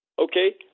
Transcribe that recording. Okay